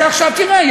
תראה,